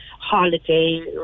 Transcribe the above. holiday